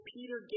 Peter